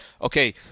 okay